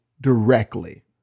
directly